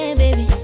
baby